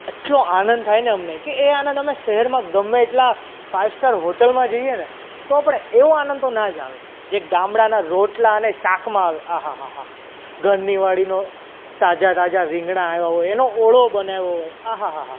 એટલો આનંદ થાય ને અમને કે એ આનંદ અમે શહેરમાં ગમે એટલા ફાઇવ સ્ટાર હોટલમાં જઈએ ને તો પણ એવો આનંદ તો ના જ આવે જે ગામડાના રોટલા અને શાકમાં આવે આ હાહાહા ઘરની વાડીનો તાજા તાજા રીંગણા આવ્યાં હોય એનો ઓળો બનાવ્યો હોય આ હાહાહા